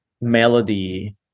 melody